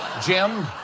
Jim